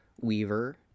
weaver